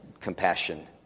compassion